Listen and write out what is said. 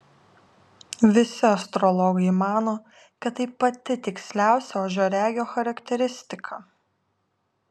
visi astrologai mano kad tai pati tiksliausia ožiaragio charakteristika